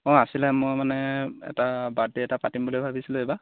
অঁ আছিলে মোৰ মানে এটা বাৰ্থডে এটা পাতিম বুলি ভাবিছিলোঁ এইবাৰ